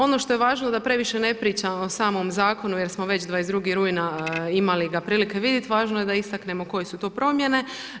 Ono što je važno da previše ne pričamo o samom zakonu jer smo već 22. rujna imali ga prilike vidjeti, važno je da istaknemo koje su to promjene.